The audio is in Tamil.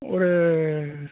ஒரு